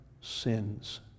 sins